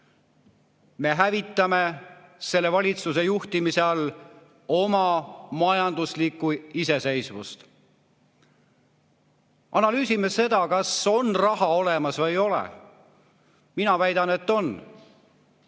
Me hävitame selle valitsuse juhtimise all oma majanduslikku iseseisvust. Analüüsime seda, kas on raha olemas või ei ole. Mina väidan, et on.